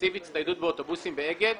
תקציב הצטיידות באוטובוסים באגד.